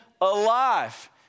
alive